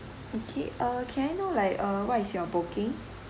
okay uh can I know like uh what is your booking